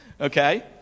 Okay